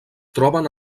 troben